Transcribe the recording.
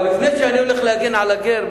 אבל לפני שאני הולך להגן על הגר,